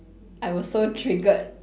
I was so triggered